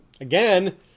again